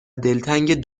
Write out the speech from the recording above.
دلتنگ